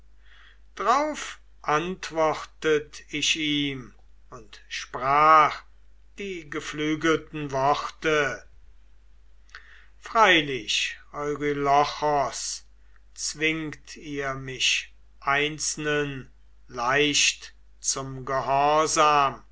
drauf antwortet ich ihm und sprach die geflügelten worte freilich eurylochos zwingt ihr mich einzelnen leicht zum gehorsam